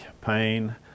pain